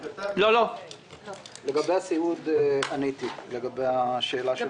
לגבי הסיעוד עניתי על השאלה שלך.